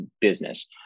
business